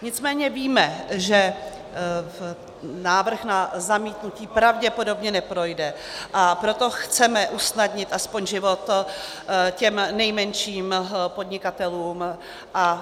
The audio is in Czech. Nicméně víme, že návrh na zamítnutí pravděpodobně neprojde, a proto chceme usnadnit aspoň život těm nejmenším podnikatelům.